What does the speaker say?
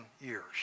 years